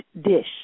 dish